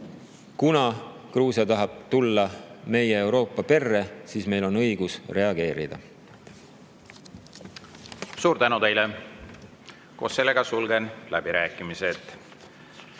kuna Gruusia tahab tulla meie Euroopa perre, siis meil on õigus reageerida. Suur tänu teile! Sulgen läbirääkimised.